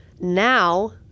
Now